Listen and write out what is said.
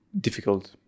difficult